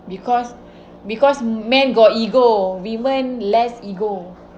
because because men got ego women less ego